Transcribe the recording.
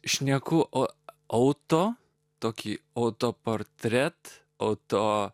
šneku o auto tokį autoportretą o to